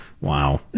wow